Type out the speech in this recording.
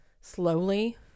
slowly